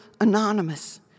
anonymous